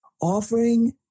offering